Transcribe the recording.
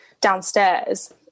downstairs